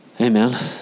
Amen